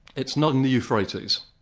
it's not in the euphrates,